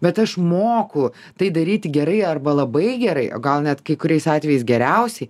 bet aš moku tai daryti gerai arba labai gerai o gal net kai kuriais atvejais geriausiai